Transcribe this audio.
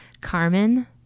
Carmen